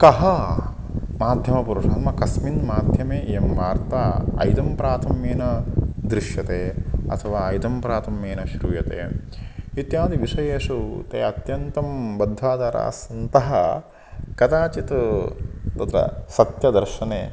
कः माध्यमपुरुषः नाम कस्मिन् माध्यमे एवं वार्ता इदं प्राथम्येन दृश्यते अथवा इदं प्राथम्येन श्रूयते इत्यादि विषयेषु ते अत्यन्तं बद्धादरासन्तः कदाचित् तत्र सत्यदर्शने